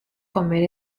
comer